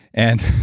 and